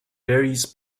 varies